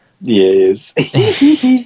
Yes